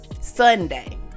Sunday